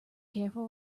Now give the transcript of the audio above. careful